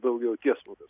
daugiau tiesmukas